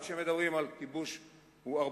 אנשים מדברים על כיבוש 48',